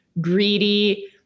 greedy